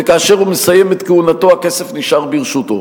וכאשר הוא מסיים את כהונתו הכסף נשאר ברשותו.